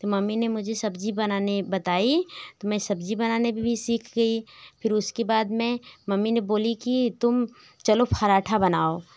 तो मम्मी ने मुझे सब्ज़ी बनाने बताई तो मैं सब्ज़ी बनाने को भी सीख गई फिर उसके बाद मैं मम्मी ने बोली कि तुम चलो पराठा बनाओ